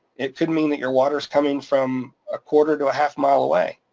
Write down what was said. it could mean that your water is coming from a quarter to a half mile away.